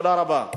תודה רבה.